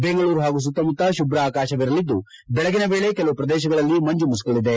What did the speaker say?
ಬೆಂಗಳೂರು ಹಾಗೂ ಸುತ್ತಮುತ್ತ ಶುಭ್ರ ಆಕಾಶ ಇರಲಿದ್ದು ಬೆಳಗಿನ ವೇಳೆ ಕೆಲವು ಪ್ರದೇಶಗಳಲ್ಲಿ ಮಂಜು ಮುಸುಕಲಿದೆ